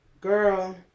girl